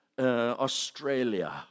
Australia